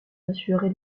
assuré